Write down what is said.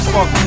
Fuck